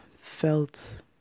felt